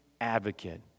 advocate